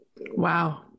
wow